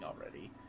already